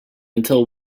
until